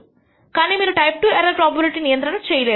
కానీ మీరు type II error probability నియంత్రణ చేయలేరు